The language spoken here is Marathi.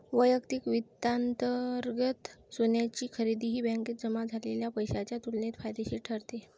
वैयक्तिक वित्तांतर्गत सोन्याची खरेदी ही बँकेत जमा झालेल्या पैशाच्या तुलनेत फायदेशीर ठरते